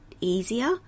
easier